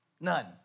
None